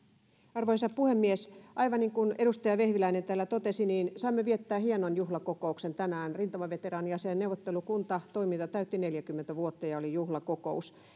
arvoisa puhemies aivan niin kuin edustaja vehviläinen täällä totesi saimme viettää hienon juhlakokouksen tänään rintamaveteraaniasiain neuvottelukuntatoiminta täytti neljäkymmentä vuotta ja oli juhlakokous